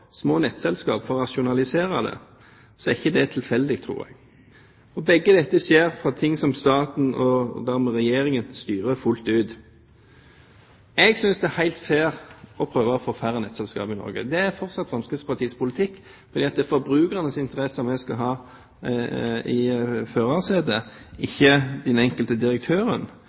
små nettselskaper for å rasjonalisere, er ikke det tilfeldig, tror jeg. Begge deler skjer på områder som staten – og dermed Regjeringen – styrer fullt ut. Jeg synes det er helt fair å prøve å få færre nettselskaper i Norge. Det er fortsatt Fremskrittspartiets politikk, for det er forbrukernes interesser vi skal ha i førersetet, ikke den enkelte